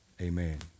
Amen